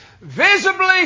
visibly